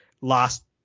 last